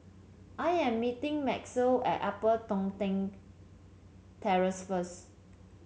I am meeting Maxie at Upper Toh Tuck Terrace first